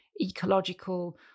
ecological